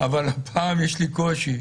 אבל הפעם יש לי קושי.